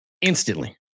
instantly